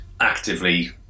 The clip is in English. actively